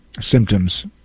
symptoms